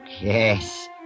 Yes